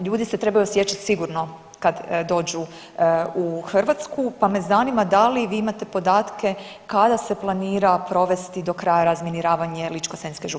Ljudi se trebaju osjećat sigurno kad dođu u Hrvatsku pa me zanima da li vi imate podatke kad se planira provesti do kraja razminiravanje Ličko-senjske županije?